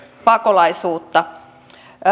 pakolaisuutta